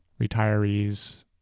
retirees